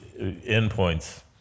endpoints